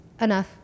enough